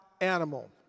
animal